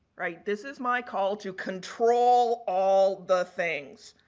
right, this is my call to control all the things,